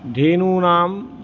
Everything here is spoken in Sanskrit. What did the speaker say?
धेनूनां